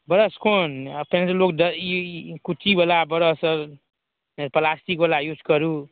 brush कोन अपन जे लोक ई ई कुच्चीवला ब्रश प्लास्टिकवला यूज करू